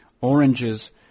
oranges